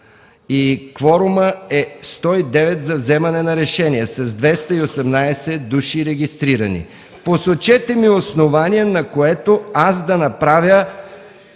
и кворумът за вземане на решения е 109, с 218 души регистрирани. Посочете ми основание, на което да направя